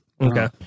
Okay